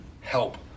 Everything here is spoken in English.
help